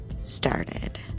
started